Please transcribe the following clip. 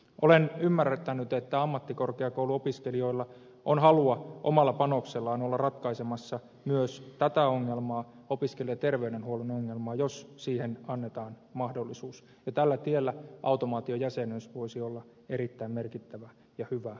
olen ymmärtänyt että ammattikorkeakouluopiskelijoilla on halua omalla panoksellaan olla ratkaisemassa myös tätä ongelmaa opiskelija ja terveydenhuollon ongelmaa jos siihen annetaan mahdollisuus ja tällä tiellä automaatiojäsenyys voisi olla erittäin merkittävä ja hyvä avaus